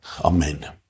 Amen